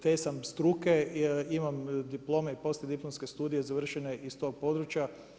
Te sam struke, imam diplome i poslijediplomske studije završene iz tog područja.